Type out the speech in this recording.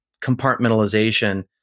compartmentalization